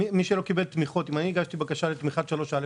אם אני הגשתי בקשה לתמיכת 3א,